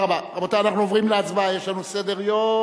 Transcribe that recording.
רבותי, אנחנו עוברים להצבעה, יש לנו סדר-יום